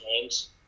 games